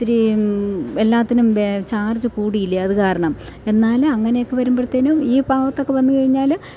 ഒത്തിരി എല്ലാത്തിനും ചാർജ് കൂടിയില്ലേ അതുകാരണം എന്നാലും അങ്ങനെയൊക്കെ വരുമ്പഴത്തേനും ഈ ഭാഗത്തൊക്കെ വന്നു കഴിഞ്ഞാൽ